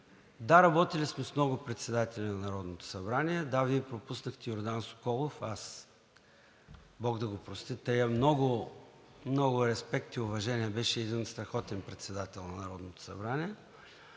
Да, работили сме с много председатели на Народното събрание, да, Вие пропуснахте Йордан Соколов, бог да го прости, тая много респект и уважение. Беше един страхотен председател на Народното събрание,